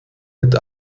mit